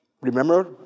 Remember